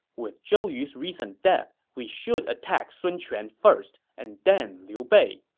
with zhou yu's recent death, we should attack sun quan first, and then liu bei,